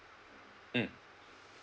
mm